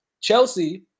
Chelsea